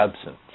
absence